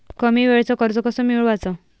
कमी वेळचं कर्ज कस मिळवाचं?